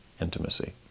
Intimacy